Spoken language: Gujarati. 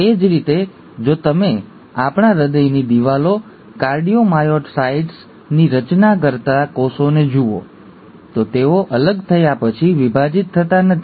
એ જ રીતે જો તમે આપણા હૃદયની દિવાલો કાર્ડિયોમાયોસાઇટ્સ ની રચના કરતા કોષોને જુઓ તો તેઓ અલગ થયા પછી વિભાજિત થતા નથી